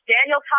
Daniel